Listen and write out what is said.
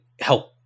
help